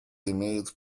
имеет